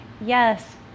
Yes